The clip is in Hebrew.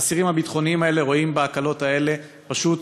האסירים הביטחוניים רואים בהקלות האלה פשוט